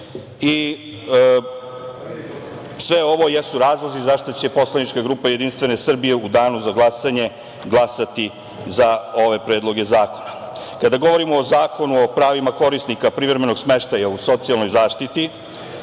Sve ovo jesu razlozi zašto će poslanička grupa Jedinstvene Srbije u danu za glasanje glasati za ove predloge zakona. Kada govorimo o Zakonu o pravima korisnika privremenog smeštaja u socijalnoj zaštiti,